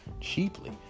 cheaply